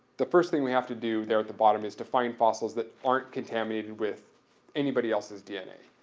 the first thing we have to do, there at the bottom, is to find fossils that aren't contaminated with anybody else's dna.